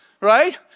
right